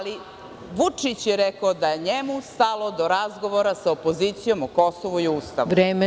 Vučić je rekao da je njemu stalo do razgovora sa opozicijom o Kosovu i Ustavu.